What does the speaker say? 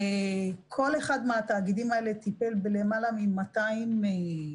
כל אחד מן התאגידים האלה טיפל ביותר מ-200 חסויים.